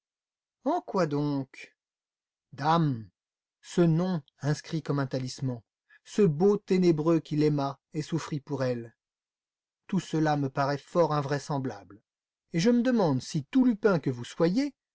en quoi donc dame ce nom inscrit comme un talisman ce beau ténébreux qui l'aima et souffrit pour elle tout cela me paraît fort invraisemblable et je me demande si tout lupin que vous soyez